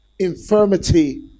infirmity